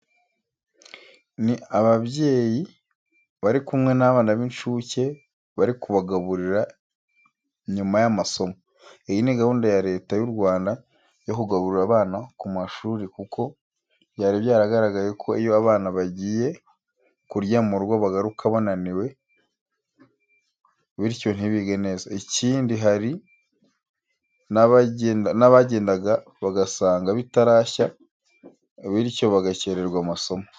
Ni ababyeyi bari kimwe n'abana b'incuke, bari kubagaburira nyuma y'amasomo. Iyi ni gahunda ya Leta y'u Rwanda yo kugaburira abana ku mashuri kuko byari byaragaragaye ko iyo abana bagiye kurya mu rugo bagaruka bananiwe biryo ntibige neza. Ikindi hari n'abagendaga bagasanga bitarashya bityo bagakererwa amasomo.